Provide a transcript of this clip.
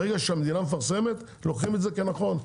ברגע שהמדינה מפרסמת, לוקחים את זה כנכון.